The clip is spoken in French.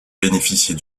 bénéficier